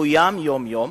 מאוים יום-יום,